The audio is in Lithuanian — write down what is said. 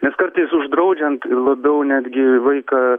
nes kartais uždraudžiant labiau netgi vaiką